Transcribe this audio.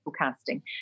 Casting